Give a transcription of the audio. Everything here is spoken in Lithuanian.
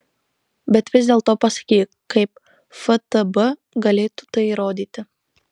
bet vis dėlto pasakyk kaip ftb galėtų tai įrodyti